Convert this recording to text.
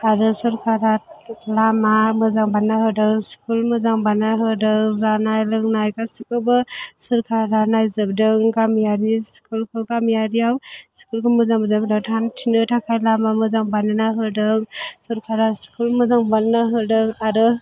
आरो सोरखारा लामा मोजां बानायना होदों स्कुल मोजां बानायना होदों जानाय लोंनाय गासिखौबो सोरखारा नायजोबदों गामियारिनि स्कुलखौ गामियारियाव स्कुलखौ मोजां मोजां बिराद हानथिनो थाखाय लामा मोजां बानायना होदों सोरखारा स्कुल मोजां बानायना होदों आरो